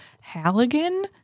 Halligan